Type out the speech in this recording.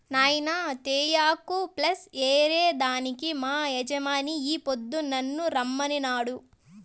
నాయినా తేయాకు ప్లస్ ఏరే దానికి మా యజమాని ఈ పొద్దు నన్ను రమ్మనినాడు